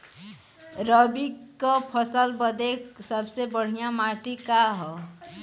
रबी क फसल बदे सबसे बढ़िया माटी का ह?